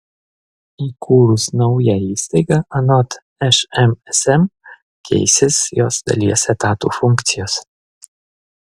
įkūrus naują įstaigą anot šmsm keisis jos dalies etatų funkcijos